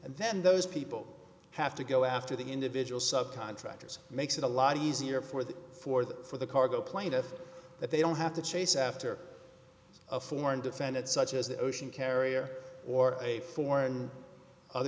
and then those people have to go after the individual subcontractors makes it a lot easier for the for the for the cargo plane if they don't have to chase after a foreign defendant such as the ocean carrier or a foreign